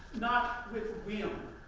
not with whim.